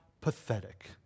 pathetic